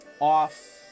off